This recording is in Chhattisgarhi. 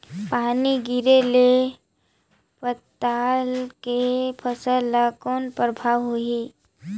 पानी गिरे ले पताल के फसल ल कौन प्रभाव होही?